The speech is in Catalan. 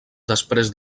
després